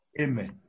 Amen